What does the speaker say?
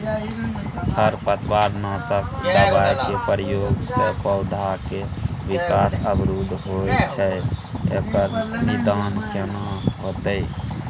खरपतवार नासक दबाय के प्रयोग स पौधा के विकास अवरुध होय छैय एकर निदान केना होतय?